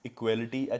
Equality